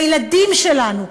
לילדים שלנו,